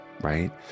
right